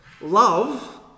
Love